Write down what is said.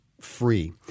free